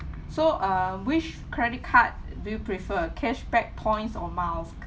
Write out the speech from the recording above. so err which credit card do you prefer cashback points or miles